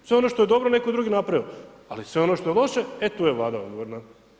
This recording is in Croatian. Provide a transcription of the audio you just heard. Sve ono što je dobro netko drugi napravio, ali sve ono što je loše e tu je Vlada odgovorna.